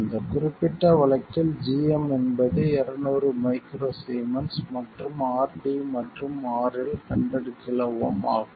இந்த குறிப்பிட்ட வழக்கில் gm என்பது 200 µS மற்றும் RD மற்றும் RL 100 KΩ ஆகும்